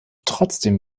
trotzdem